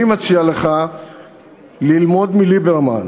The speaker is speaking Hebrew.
אני מציע לך ללמוד מליברמן,